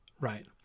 right